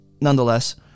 nonetheless